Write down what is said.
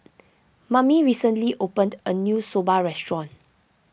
Mammie recently opened a new Soba restaurant